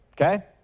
okay